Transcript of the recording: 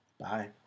bye